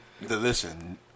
listen